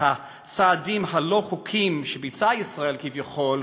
ולצעדים הלא-חוקיים שביצעה ישראל, כביכול,